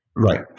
Right